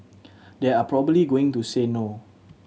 they are probably going to say no